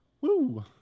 Woo